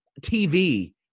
TV